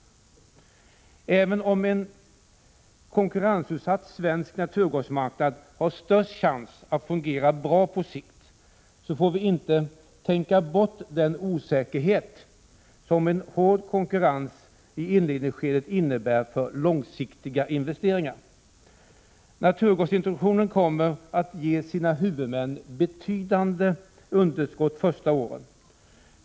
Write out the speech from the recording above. Även om en konkurrensutsatt svensk naturgasmarknad har den största chansen att fungera bra på sikt, får vi inte tänka bort den osäkerhet som en hård konkurrens i inledningsskedet innebär för långsiktiga investeringar. Naturgasintroduktionen kommer att ge sina huvudmän betydande underskott de första åren.